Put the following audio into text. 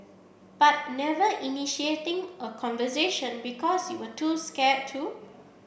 but never initiating a conversation because you were too scared to